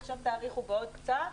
עכשיו תאריכו עוד קצת,